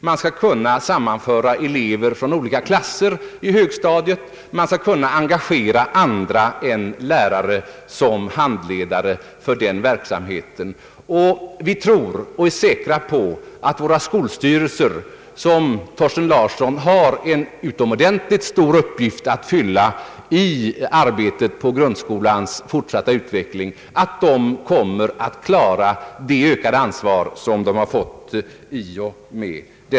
Man skall kunna sammanföra elever från olika klasser på högstadiet, och man skall kunna engagera andra än lärare som handledare för den verksamheten, Vi är säkra på att våra skolstyrelser, som ju, såsom herr Thorsten Larsson anförde, har en utomordentligt stor uppgift att fylla i arbetet för grundskolans fortsatta utveckling, kommer att klara det ökade ansvar som de har fått.